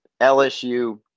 LSU